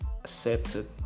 accepted